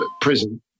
prison